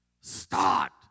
start